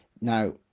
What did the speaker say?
now